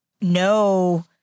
no